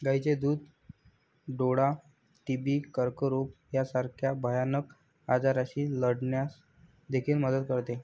गायीचे दूध डोळा, टीबी, कर्करोग यासारख्या भयानक आजारांशी लढण्यास देखील मदत करते